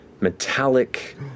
metallic